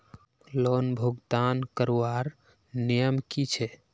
Loan भुगतान करवार नियम की छे?